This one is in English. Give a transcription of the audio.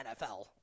NFL